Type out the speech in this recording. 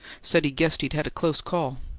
said he guessed he'd had a close call.